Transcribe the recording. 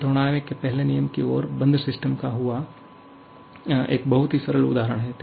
यह थर्मोडायनामिक्स के पहले नियम की और बंद सिस्टम का एक बहुत ही सरल उदाहरण है